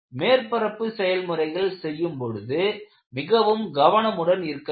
மேற்பரப்பு செயல் முறைகள் செய்யும் பொழுது மிகவும் கவனமுடன் இருக்க வேண்டும்